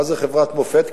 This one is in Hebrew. מה זו חברת מופת?